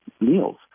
meals